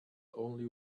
only